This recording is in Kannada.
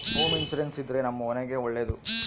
ಹೋಮ್ ಇನ್ಸೂರೆನ್ಸ್ ಇದ್ರೆ ನಮ್ ಮನೆಗ್ ಒಳ್ಳೇದು